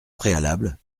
préalable